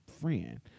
friend